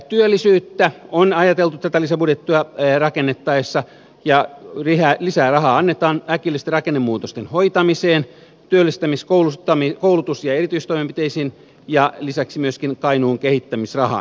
työllisyyttä on ajateltu tätä lisäbudjettia rakennettaessa ja lisää rahaa annetaan äkillisten rakennemuutosten hoitamiseen työllistämis koulutus ja erityistoimenpiteisiin ja lisäksi myöskin kainuun kehittämisrahaan